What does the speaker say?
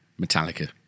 Metallica